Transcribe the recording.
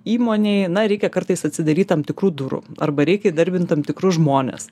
įmonei reikia kartais atsidaryt tam tikrų durų arba reikia įdarbint tam tikrus žmones